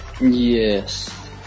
Yes